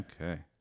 Okay